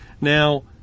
Now